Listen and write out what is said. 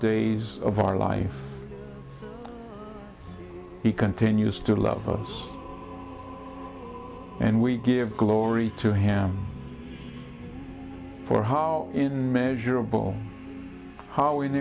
days of our life he continues to love us and we give glory to him for and measurable how